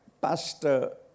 Pastor